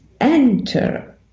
enter